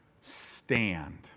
Stand